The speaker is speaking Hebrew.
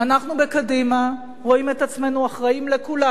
אנחנו בקדימה רואים את עצמנו אחראים לכולם,